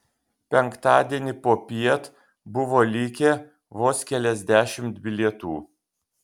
penktadienį popiet buvo likę vos keliasdešimt bilietų